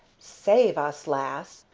save us, lass!